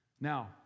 Now